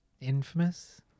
Infamous